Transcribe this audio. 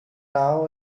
now